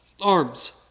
arms